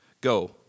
Go